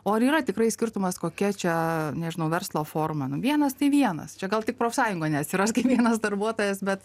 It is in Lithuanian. o ar yra tikrai skirtumas kokia čia nežinau verslo forma nu vienas tai vienas čia gal tik profsąjungų neatsiras kiekvienas darbuotojas bet